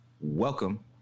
Welcome